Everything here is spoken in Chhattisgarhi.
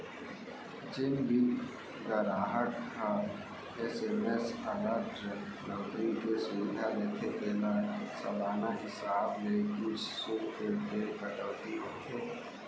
जेन भी गराहक ह एस.एम.एस अलर्ट नउकरी के सुबिधा लेथे तेला सालाना हिसाब ले कुछ सुल्क के कटौती होथे